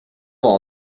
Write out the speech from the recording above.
all